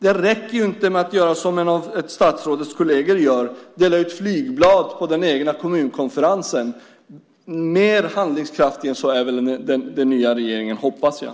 Det räcker inte med att göra som statsrådets kolleger gör, dela ut flygblad på den egna kommunkonferensen. Mer handlingskraftig än så är väl den nya regeringen, hoppas jag.